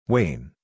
Wayne